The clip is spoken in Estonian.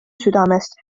südamest